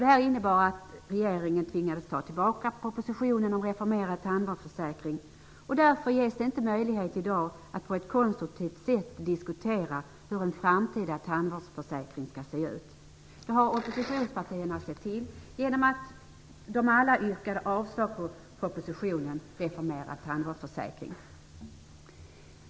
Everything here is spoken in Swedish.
Det innebar att regeringen tvingades ta tillbaka propositionen om reformerad tandvårdsförsäkring, och därför ges det inte möjlighet i dag att på ett konstruktivt sätt diskutera hur en framtida tandvårdsförsäkring skall se ut. Det har oppositionspartierna sett till genom att de alla yrkade avslag på propositionen om reformerad tandvårdsförsäkring.